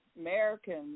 Americans